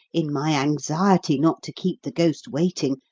in my anxiety not to keep the ghost waiting,